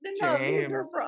James